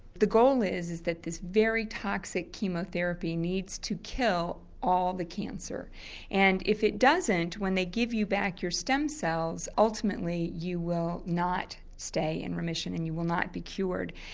the goal is that this very toxic chemotherapy needs to kill all the cancer and if it doesn't, when they give you back your stem cells ultimately you will not stay in remission and you will not be cured.